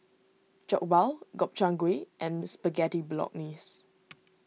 Jokbal Gobchang Gui and Spaghetti Bolognese